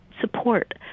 support